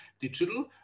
digital